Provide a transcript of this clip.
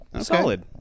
Solid